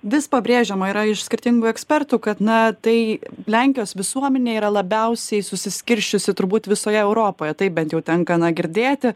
vis pabrėžiama yra iš skirtingų ekspertų kad na tai lenkijos visuomenė yra labiausiai susiskirsčiusi turbūt visoje europoje taip bent jau tenka na girdėti